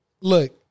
look